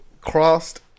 crossed